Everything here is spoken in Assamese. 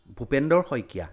ভূপেন্দৰ শইকীয়া